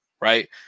Right